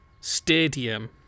stadium